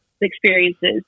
experiences